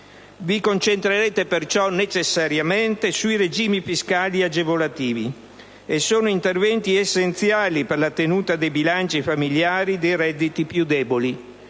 Vi concentrerete necessariamente sui regimi fiscali agevolativi, e sono interventi essenziali per la tenuta dei bilanci familiari dei redditi più deboli.